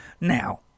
Now